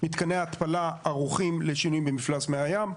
מתקני ההתפלה ערוכים לשינויים במפלס מי הים.